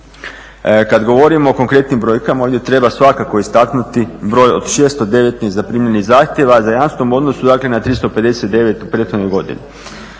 Kad govorim o konkretnim brojkama ovdje treba svakako istaknuti broj od 619 zaprimljenih zahtjeva za jamstvom u odnosu, dakle na 359 u prethodnoj godini.